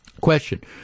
question